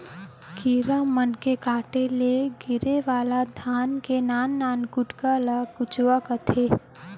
कीरा मन के काटे ले गिरे वाला धान के नान नान कुटका ल कुचवा कथें